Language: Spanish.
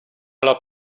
los